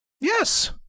Yes